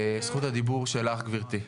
זכות הדיבור שלך גברתי,